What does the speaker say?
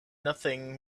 nothing